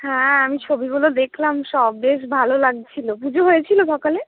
হ্যাঁ আমি ছবিগুলো দেখলাম সব বেশ ভালো লাগছিলো পুজো হয়েছিলো সকালে